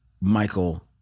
Michael